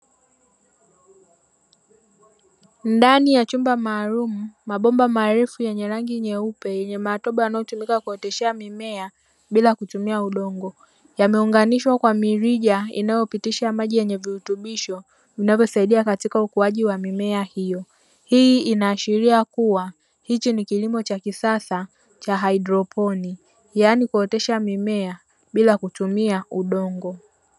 Ndani ya chumba maalumu, mabomba marefu yenye rangi nyeupe, yenye matobo yanayotumika kuoteshea mimea bila kutumia udongo. Yameunganishwa kwa mirija inayopitisha maji yenye virutubisho vinavyosaidia katika ukuaji wa mimea hiyo. Hii inaashiria kuwa, hichi ni kilimo cha kisasa cha haidroponi yaani kuotesha mimea bila kutumia udongo.